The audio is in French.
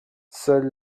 seul